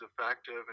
effective